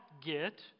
get